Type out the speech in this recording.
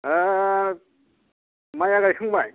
माइया गायखांबाय